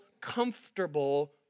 comfortable